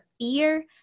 fear